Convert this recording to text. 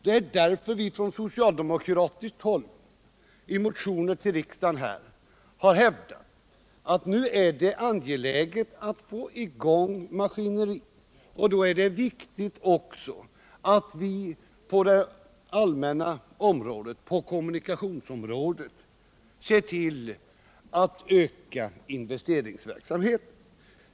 Det är därför vi från socialdemokratiskt håll i motioner i riksdagen har hävdat, att det nu är angeläget att få i gång maskineriet. Då är det också viktigt att vi ser till att öka investeringsbenägenheten på det allmänna kommunikationsområdet.